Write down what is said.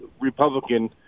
Republican